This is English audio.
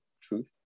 truth